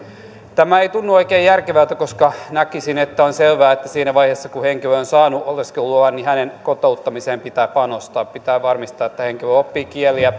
tämä ei tunnu oikein järkevältä koska näkisin että on selvää että siinä vaiheessa kun henkilö on saanut oleskeluluvan hänen kotouttamiseensa pitää panostaa pitää varmistaa että henkilö oppii kieliä